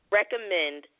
recommend